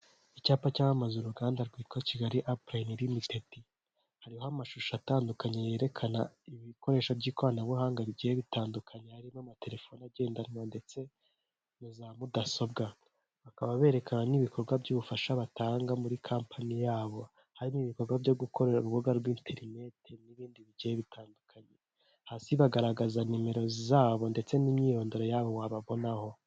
Icyapa cyamamaza uruganda rwitwa Kigali apulayini limitedi, hariho amashusho atandukanye yerekana ibikoresho by'ikoranabuhanga bigiye bitandukanye, harimo amatelefoni agendanwa ndetse na za mudasobwa, bakaba berekana n'ibikorwa by'ubufasha batanga muri kampani y'abo, hari n'ibikorwa byo gukora urubuga rwa interineti n'ibindi bigiye bitandukanye, hasi bagaragaza nimero z'abo ndetse n'imyirondoro y'abo wababonaho.